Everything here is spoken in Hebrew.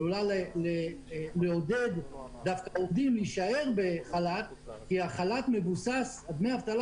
היא עלולה לעודד עובדים להישאר בחל"ת כי דמי האבטלה